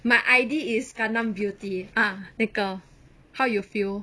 my id is gangnam beauty ah 那个 how you feel